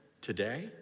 today